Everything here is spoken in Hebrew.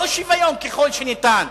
לא שוויון ככל שניתן.